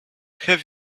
have